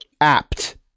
apt